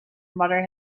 mother